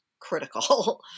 critical